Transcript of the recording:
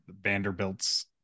Vanderbilts